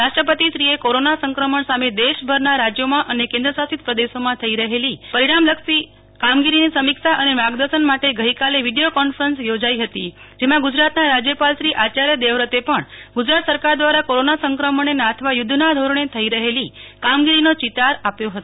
રાષ્ટ્રપતિશ્રીએ corona સંક્રમણ સામે દેશભરના રાજ્યોમાં અને કેન્દ્રશાસિત પ્રદેશોમાં થઇ રહેલી પરીણામલક્ષી કામગીરીની સમીક્ષા અને માર્ગદર્શન વીડિયો કોન્ફરન્સ યોજાઇ હતી જેમાં ગુજરાતના રાજ્યપાલશ્રી આચાર્ય દેવવ્રતે પણ ગુજરાત સરકાર દ્વારા કોરોના સંક્રમણને નાથવા યુદ્ધના ધોરણે થઇ રહેલી કામગીરીનો ચિતાર આપ્યો હતો